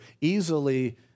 easily